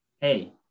hey